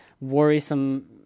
worrisome